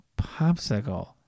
popsicle